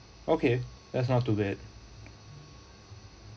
okay that's not too bad